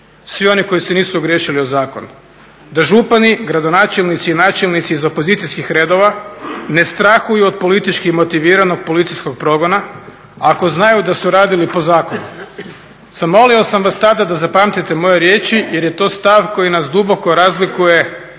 svi oni koji se nisu ogriješili o zakon. Da župani, gradonačelnici i načelnici iz opozicijskih redova ne strahuju od politički motiviranog policijskog progona ako znaju da su radili po zakonu. Zamolio sam vas tada da zapamtite moje riječi jer je to stav koji nas duboko razlikuje